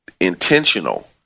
intentional